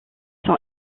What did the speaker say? sont